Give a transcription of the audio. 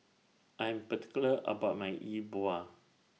I'm particular about My E Bua